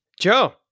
Joe